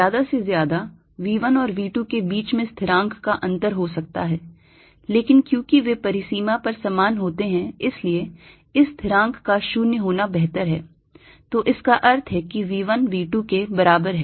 ज्यादा से ज्यादा V 1 और V 2 के बीच में स्थिरांक का अंतर हो सकता है लेकिन क्योंकि वे परिसीमा पर समान होते हैं इसलिए इस स्थिरांक का 0 होना बेहतर है तो इसका अर्थ है कि V 1 V 2 के बराबर है